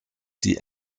die